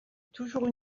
toujours